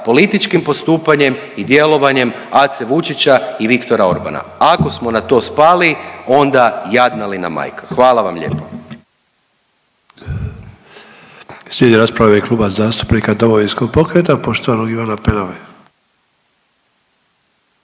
političkim postupanjem i djelovanjem Ace Vučića i Viktora Orbana, ako smo na to spali onda jadna li nam majka, hvala vam lijepo.